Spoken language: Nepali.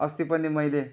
अस्ति पनि मैले